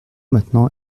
maintenant